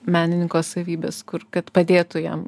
menininko savybes kur kad padėtų jam